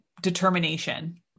determination